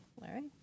Larry